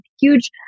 huge